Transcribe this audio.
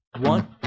One